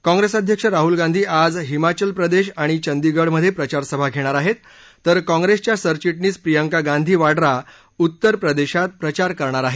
काँप्रेस अध्यक्ष राहुल गांधी आज हिमाचल प्रदेश आणि चंदीगढमधे प्रचारसभा घेणार आहेत तर काँप्रेसच्या सरचिटणीस प्रियंका गांधी वाड्रा उत्तर प्रदेशात प्रचार करणार आहेत